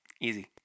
Easy